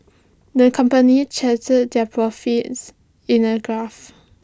the company charted their profits in A graph